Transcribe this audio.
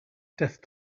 death